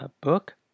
book